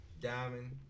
diamond